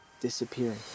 disappearing